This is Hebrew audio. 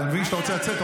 אני מבין שאתה רוצה לצאת.